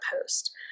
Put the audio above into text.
post